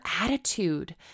attitude